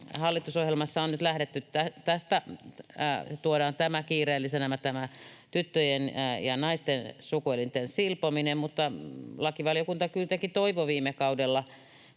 Hallitusohjelmassa on nyt lähdetty tästä, että tuodaan kiireellisenä tämä tyttöjen ja naisten sukuelinten silpominen, mutta lakivaliokunta kuitenkin toivoi viime kaudella